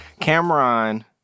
Cameron